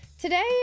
today